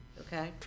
okay